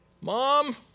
Mom